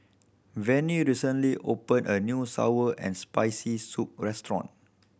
Vennie recently opened a new sour and Spicy Soup restaurant